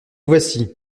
voici